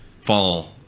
fall